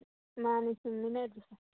ꯃꯥꯅꯦ ꯆꯨꯝꯃꯤꯅꯦ ꯑꯗꯨꯁꯨ